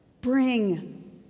bring